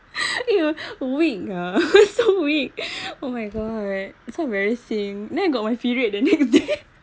you weak ah so weak oh my god so very sick then I got my period the next day